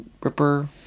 ripper